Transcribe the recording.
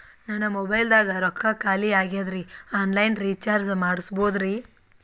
ನನ್ನ ಮೊಬೈಲದಾಗ ರೊಕ್ಕ ಖಾಲಿ ಆಗ್ಯದ್ರಿ ಆನ್ ಲೈನ್ ರೀಚಾರ್ಜ್ ಮಾಡಸ್ಬೋದ್ರಿ?